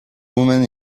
woman